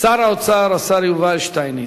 שר האוצר, השר יובל שטייניץ.